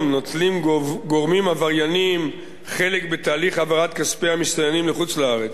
נוטלים גורמים עברייניים חלק בתהליך העברת כספי המסתננים לחוץ-לארץ.